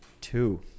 Two